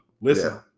Listen